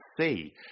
see